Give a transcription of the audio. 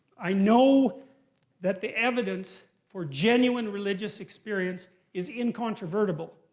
i know that the evidence for genuine religious experience is incontrovertible.